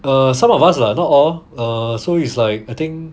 err some of us lah not all err so it's like I think